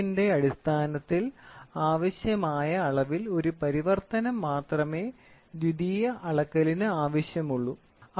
നീളത്തിന്റെ അടിസ്ഥാനത്തിൽ ആവശ്യമായ അളവിൽ ഒരു പരിവർത്തനം മാത്രമേ ദ്വിതീയ അളക്കലിന് ആവശ്യമുള്ളൂ